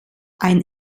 ein